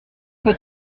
peu